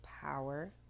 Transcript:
power